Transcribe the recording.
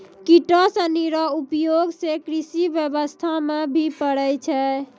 किटो सनी रो उपयोग से कृषि व्यबस्था मे भी पड़ै छै